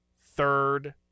third